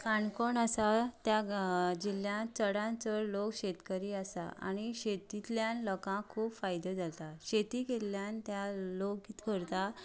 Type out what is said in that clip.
काणकोण आसा त्या जिल्ल्यांत चडांत चड लोक शेतकरी आसा आनी शेतींतल्यान लोकांक खूब फायदो जाता शेती केल्ल्यान ते लोक कितें करतात